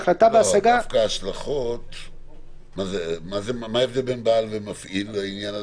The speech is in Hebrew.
לעניין הזה מה ההבדל בין בעל המקום למפעיל המקום?